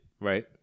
Right